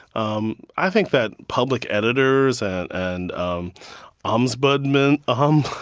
um i think that public editors and and um omsbudmen. om,